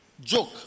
joke